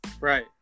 Right